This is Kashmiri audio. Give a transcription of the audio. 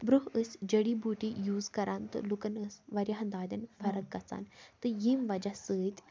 برٛونٛہہ ٲسۍ جٔڈی بوٗٹی یوٗز کَران تہٕ لُکَن ٲس واریاہَن دادٮ۪ن فرق گَژھان تہٕ ییٚمہِ وَجہ سۭتۍ